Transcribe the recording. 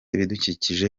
ibidukikije